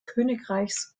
königreichs